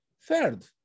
Third